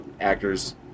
actors